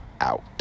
out